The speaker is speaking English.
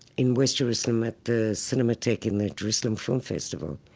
in west jerusalem at the cinematheque in the jerusalem film festival,